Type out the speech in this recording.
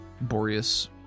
Boreas